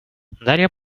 дарья